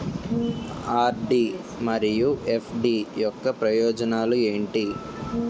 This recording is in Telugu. ఆర్.డి మరియు ఎఫ్.డి యొక్క ప్రయోజనాలు ఏంటి?